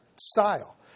style